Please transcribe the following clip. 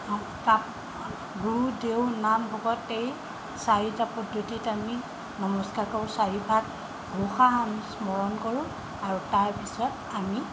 তাত গুৰু দেও নাম ভকত এই চাৰিটা পদ্ধতিত আমি নমস্কাৰ কৰোঁ চাৰিভাগ ঘোষা স্মৰণ কৰোঁ আৰু তাৰপিছত আমি